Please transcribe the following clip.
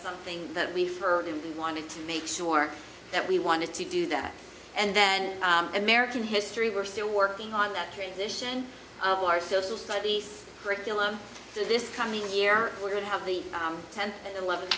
something that we heard and wanted to make sure that we wanted to do that and then american history we're still working on that tradition of our social studies curriculum this coming year we're going to have the tenth eleventh